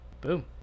boom